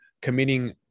committing